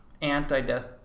anti-death